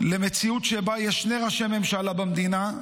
למציאות שבה יש שני ראשי ממשלה במדינה,